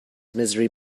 misery